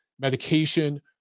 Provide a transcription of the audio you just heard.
medication